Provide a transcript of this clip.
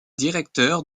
directeur